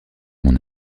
mon